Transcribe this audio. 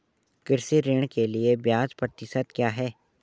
कृषि ऋण के लिए ब्याज प्रतिशत क्या है?